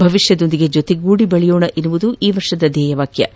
ಭವಿಷ್ಯದೊಂದಿಗೆ ಜೊತೆಗೂಡಿ ಬೆಳೆಯೋಣ ಎಂಬುದು ಈ ವರ್ಷದ ಧ್ಯೆಯವಾಗಿದೆ